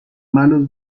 malos